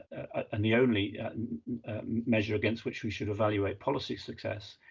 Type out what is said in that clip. and the only measure against which we should evaluate policy success.